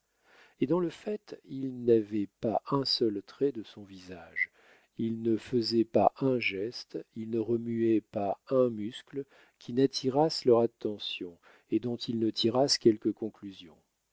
et dans le fait il n'avait pas un seul trait de son visage il ne faisait pas un geste il ne remuait pas un muscle qui n'attirassent leur attention et dont ils ne tirassent quelque conclusion